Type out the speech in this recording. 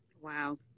Wow